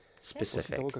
specific